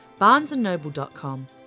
BarnesandNoble.com